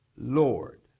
Lord